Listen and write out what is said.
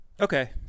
Okay